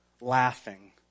laughing